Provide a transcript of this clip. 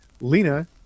Lena